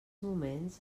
moments